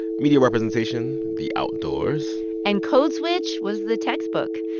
media representation, the outdoors and code switch was the textbook.